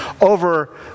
over